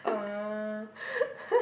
uh